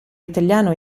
italiano